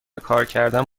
کارکردن